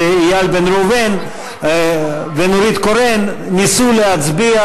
איל בן ראובן ונורית קורן ניסו להצביע